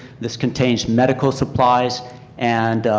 this contains medical supplies and